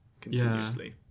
continuously